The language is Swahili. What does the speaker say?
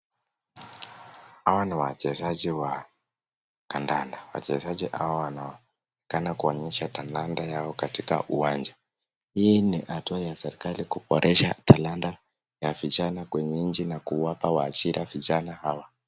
Hawa ni wachezaji wa kandanda. Wachezaji hawa wanaonekana kuonyesha kandanda yao katika uwanja. Hii ni hatua ya serikali kuboresha talanta ya vijana kwenye nchi n kuwapa ajira vijana hawa.